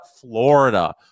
Florida